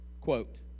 quote